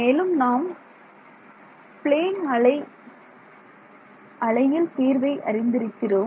மேலும் நாம் பிளேன் அலையில் தீர்வை அறிந்திருக்கிறோம்